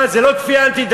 מה, זו לא כפייה אנטי-דתית?